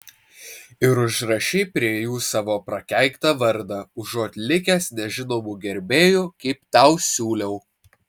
ir užrašei prie jų savo prakeiktą vardą užuot likęs nežinomu gerbėju kaip tau siūliau